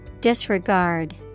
Disregard